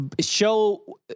Show